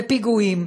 ופיגועים.